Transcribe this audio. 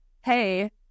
hey